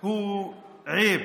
הוא עם שיש לו הזדהות,